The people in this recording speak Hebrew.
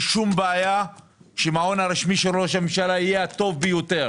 שום בעיה שהמעון הרשמי של ראש הממשלה יהיה הטוב ביותר